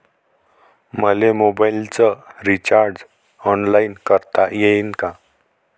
मले मोबाईलच recharge online करता येईन का?